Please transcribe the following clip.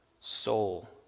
soul